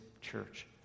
church